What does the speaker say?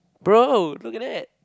bro look at that